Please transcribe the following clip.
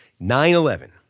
9-11